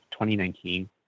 2019